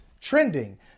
trending